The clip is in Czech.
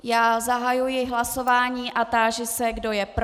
Já zahajuji hlasování a táži se, kdo je pro.